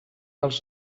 els